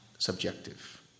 Subjective